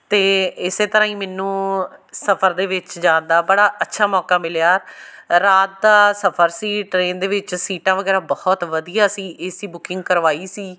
ਅਤੇ ਇਸ ਤਰ੍ਹਾਂ ਹੀ ਮੈਨੂੰ ਸਫ਼ਰ ਦੇ ਵਿੱਚ ਜਾਣ ਦਾ ਬੜਾ ਅੱਛਾ ਮੌਕਾ ਮਿਲਿਆ ਰਾਤ ਦਾ ਸਫ਼ਰ ਸੀ ਟਰੇਨ ਦੇ ਵਿੱਚ ਸੀਟਾਂ ਵਗੈਰਾ ਬਹੁਤ ਵਧੀਆ ਸੀ ਏ ਸੀ ਬੁਕਿੰਗ ਕਰਵਾਈ ਸੀ